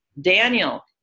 Daniel